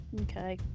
Okay